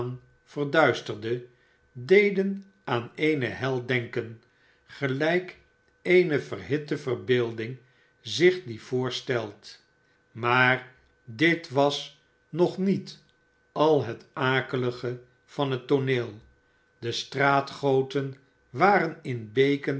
verduisterde deden aan eene hel denken gelijk eene verhitte verbeelding zich die voorstelt maar dit was nog niet al het akelige van het tooneel de straatgoten waren in beken